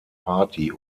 party